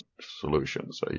solutions